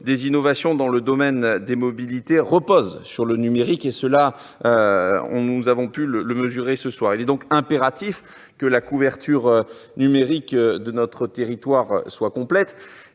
innovations dans le domaine des mobilités reposent sur le numérique, nous l'avons mesuré ce soir. Il est donc impératif que la couverture numérique de notre territoire soit complète.